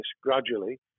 gradually